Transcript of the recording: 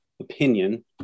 opinion